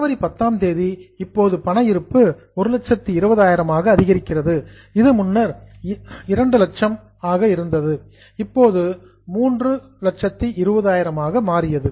ஜனவரி 10ஆம் தேதி இப்போது பண இருப்பு 120 ஆக அதிகரிக்கிறது இது முன்னர் 200000 ஆக இருந்தது இப்போது 320 ஆக மாறியது